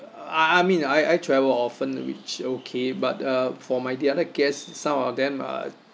I I mean I I travel often which okay but uh for my the other guests some of them are